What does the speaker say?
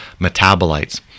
metabolites